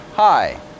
Hi